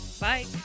bye